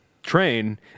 train